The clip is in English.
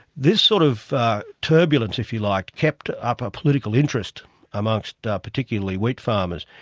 this sort of turbulence, if you like, kept up a political interest amongst particularly wheatfarmers,